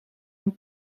een